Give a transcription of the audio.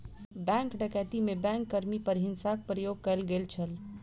bank डकैती में bank कर्मी पर हिंसाक प्रयोग कयल गेल छल